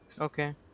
Okay